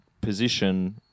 position